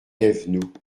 thévenoud